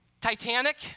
Titanic